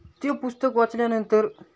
ते पुस्तक वाचल्यानंतर